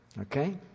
Okay